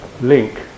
link